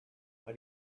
why